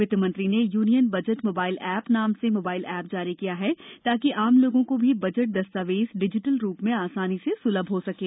वित्त मंत्री ने यूनियन बजट मोबाइल ऐप नाम से मोबाइल ऐप जारी किया है ताकि आम लोगों को भी बजट दस्तावेज डिजिटल रूप में आसानी से स्लभ हो सकें